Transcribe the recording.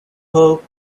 hope